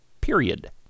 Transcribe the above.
period